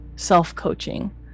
self-coaching